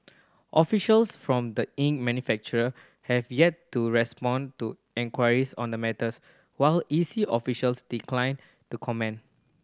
officials from the ink manufacturer have yet to respond to enquiries on the matters while E C officials declined to comment